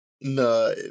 No